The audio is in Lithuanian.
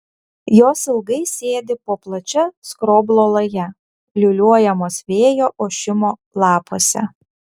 jos ilgai sėdi po plačia skroblo laja liūliuojamos vėjo ošimo lapuose